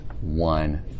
one